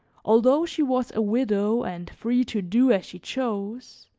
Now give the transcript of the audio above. although she was a widow and free to do as she chose,